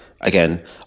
again